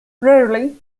rarely